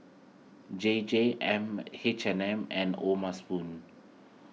J J M H and M and O'ma Spoon